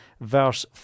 verse